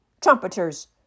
trumpeters